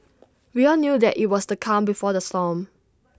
we all knew that IT was the calm before the storm